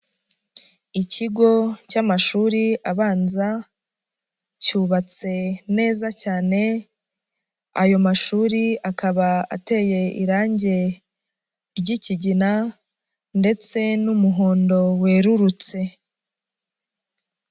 Ikigo cy'amashuri abanza cyubatse neza cyane, ayo mashuri akaba ateye irangi ry'ikigina ndetse n'umuhondo werurutse.